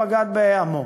בגד בעמו.